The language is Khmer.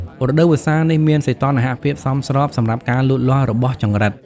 រដូវវស្សានេះមានសីតុណ្ហភាពសមស្របសម្រាប់ការលូតលាស់របស់ចង្រិត។